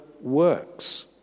works